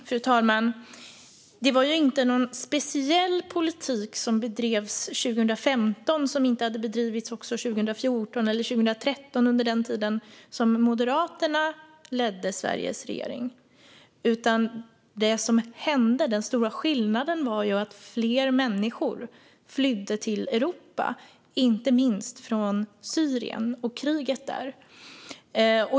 Fru talman! Det var ju inte någon speciell politik som bedrevs 2015 som inte hade bedrivits också 2014 eller 2013, under den tid som Moderaterna ledde Sveriges regering. Det som hände och som var den stora skillnaden var att fler människor flydde till Europa, inte minst från Syrien och kriget där.